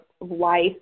life